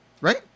right